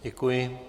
Děkuji.